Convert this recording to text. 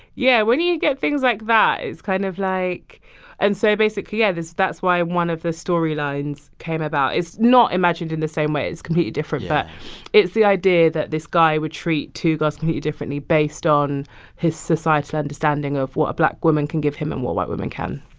yeah, when you you get things like that, it's kind of like and so basically, yeah, that's why one of the storylines came about. it's not imagined in the same way. it's completely different yeah but it's the idea that this guy would treat two girls completely differently based on his societal understanding of what a black woman can give him and what white women can